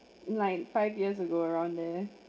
like five years ago around there